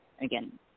Again